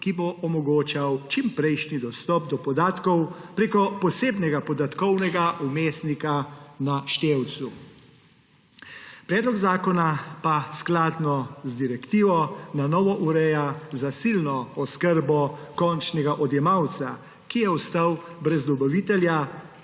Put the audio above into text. ki bo omogočal čimprejšnji dostop do podatkov preko posebnega podatkovnega vmesnika na števcu. Predlog zakona pa skladno z direktivo na novo ureja zasilno oskrbo končnega odjemalca, ki je ostal brez dobavitelja,